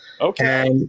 Okay